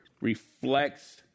reflects